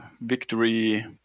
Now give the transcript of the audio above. victory